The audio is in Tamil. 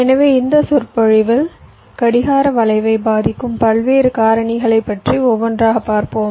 எனவே இந்த சொற்பொழிவில் கடிகார வளைவை பாதிக்கும் பல்வேறு காரணிகளைப் பற்றி ஒவ்வொன்றாக பார்ப்போம்